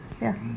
Yes